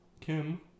Kim